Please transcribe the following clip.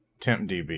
TempDB